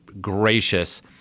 gracious